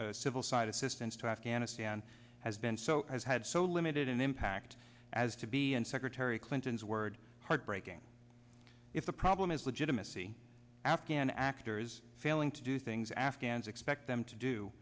civil side assistance to afghanistan has been so has had so limited an impact as to be and secretary clinton's word heartbreaking if the problem is legitimacy afghan actors failing to do things afghans expect them to do